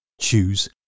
Choose